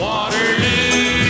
Waterloo